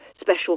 special